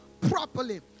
properly